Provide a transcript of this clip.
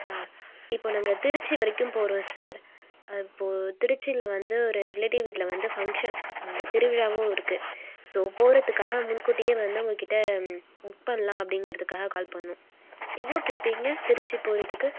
ஆ இப்போது நாங்கள் திருச்சி வரைக்கும் போகிறோம் சார் இப்போது திருச்சியில் வந்து ஒரு ரிலேட்டிவ் வீட்டில் வந்து ஃபங்க்ஷன் அங்கே திருவிழாவும் இருக்குது ஸோ போகிறதுக்காக முன்கூட்டியே வந்து உங்கள்கிட்ட புக் பண்ணலாம் அப்படிங்கிறதுக்காக கால் பண்ணிணோம் எவ்வளோ கேட்பீங்க திருச்சி போகிறதுக்கு